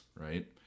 right